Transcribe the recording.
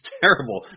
terrible